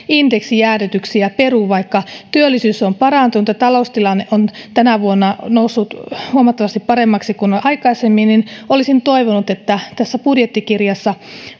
indeksijäädytyksiä peru vaikka työllisyys on parantunut ja taloustilanne on tänä vuonna noussut huomattavasti paremmaksi kuin aikaisemmin olisin toivonut että tässä budjettikirjassa